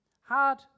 Hard